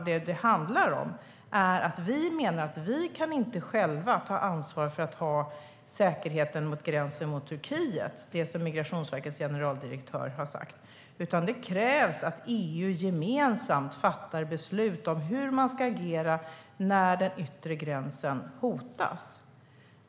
Men vi menar att vi inte själva kan ta ansvar för säkerheten mot Turkiet, det som Migrationsverkets generaldirektör har sagt, utan det krävs att EU gemensamt fattar beslut om hur man ska agera när den yttre gränsen hotas.